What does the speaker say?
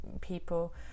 people